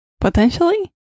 potentially